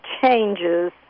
changes